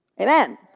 Amen